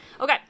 Okay